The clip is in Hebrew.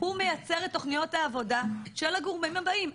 הוא מייצר את תוכניות העבודה של הגורמים הבאים.